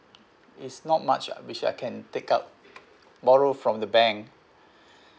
is not much which I can take out borrow from the bank